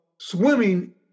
swimming